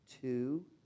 two